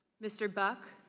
mr. buck?